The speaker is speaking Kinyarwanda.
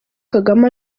kagame